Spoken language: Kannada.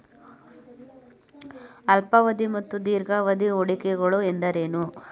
ಅಲ್ಪಾವಧಿ ಮತ್ತು ದೀರ್ಘಾವಧಿ ಹೂಡಿಕೆಗಳು ಎಂದರೇನು?